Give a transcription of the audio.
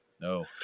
No